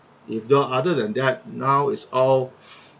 if not other than that now is all